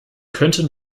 könnten